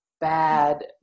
bad